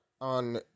on